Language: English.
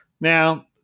Now